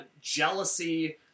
jealousy